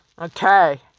Okay